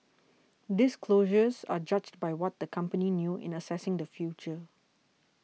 disclosures are judged by what the company knew in assessing the future